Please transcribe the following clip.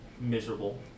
Miserable